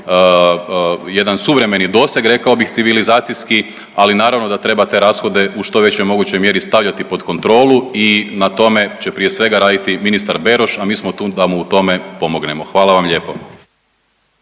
jedan suvremeni doseg rekao bih civilizacijski, ali naravno da treba te rashode u što većoj mogućoj vjeri stavljati pod kontrolu i na tome će prije svega raditi ministar Beroš, a mi smo tu da mu u tome pomognemo. Hvala vam lijepo.